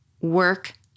work